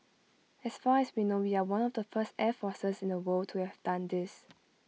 as far as we know we are one of the first air forces in the world to have done this